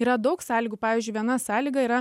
yra daug sąlygų pavyzdžiui viena sąlyga yra